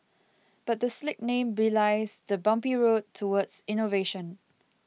but the slick name belies the bumpy road towards innovation